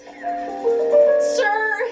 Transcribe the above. Sir